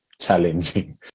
challenging